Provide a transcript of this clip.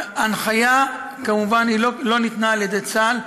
כמובן ההנחיה לא ניתנה על ידי צה"ל,